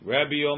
Rabbi